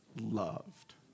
loved